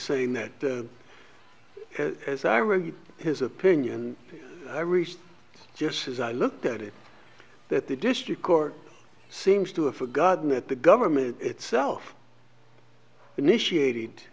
saying that as i read his opinion i reached just as i looked at it that the district court seems to a forgotten that the government itself initiated